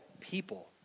people